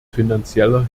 finanzieller